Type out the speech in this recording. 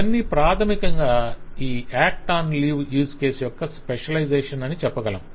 ఇవన్నీ ప్రాథమికంగా ఈ act on leave use case యొక్క స్పెషలైజేషన్ అని చెప్పగలం